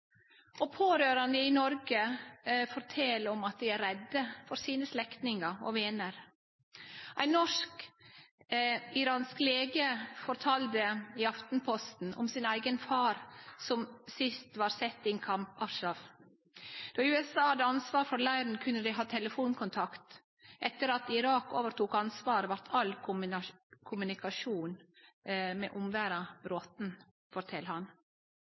handling. Pårørande i Noreg fortel at dei er redde for slektningane og venene sine. Ein norsk-iransk lege fortalde i Aftenposten om sin eigen far, som sist var sett i Camp Ashraf. Då USA hadde ansvaret for leiren, kunne dei ha telefonkontakt. Etter at Irak overtok ansvaret, vart all kommunikasjon med omverda